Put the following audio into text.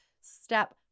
Step